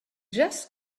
just